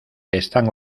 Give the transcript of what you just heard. están